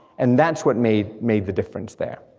and that's what made made the difference there.